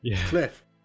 Cliff